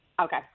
Okay